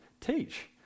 teach